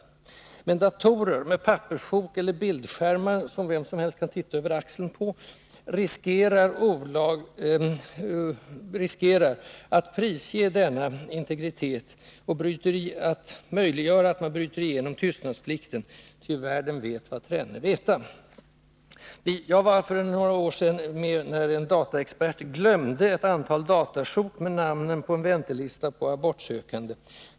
Men med datorer med papperssjok eller bildskärmar — som vem som helst kan titta över axeln på — riskerar man att prisge denna integritet och möjliggöra att tystnadsplikten bryts, ty världen vet vad trenne veta. Jag var för några år sedan med när en dataexpert i en föreläsningssal glömde ett antal datasjok med namnen på en väntelista på abortsökande.